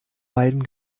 beidem